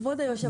כבוד היו"ר,